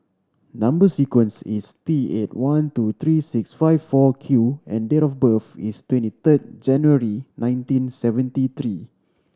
number sequence is T eight one two three six five four Q and date of birth is twenty third January nineteen seventy three